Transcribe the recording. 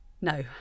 No